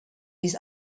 this